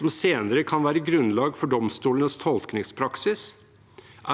som senere kan være grunnlag for domstolenes tolkningspraksis,